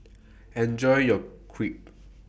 Enjoy your Crepe